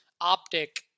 optic